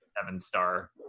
Seven-star